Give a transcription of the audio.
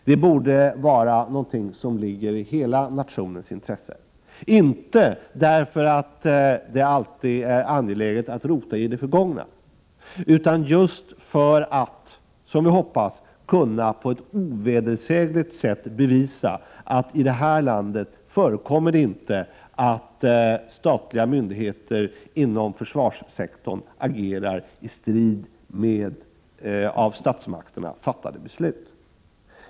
Det borde vara något som ligger i hela nationens intresse, men inte därför att det alltid är angeläget att rota i det förgångna utan just för att, som vi hoppas, kunna på ett ovedersägligt sätt bevisa att det i detta land inte förekommer att statliga myndigheter inom försvarssektorn agerar i strid med av statsmakterna fattade beslut.